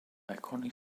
iconic